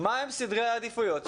מהם סדרי העדיפויות שלו.